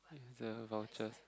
the vouchers